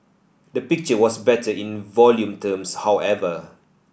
the picture was better in volume terms however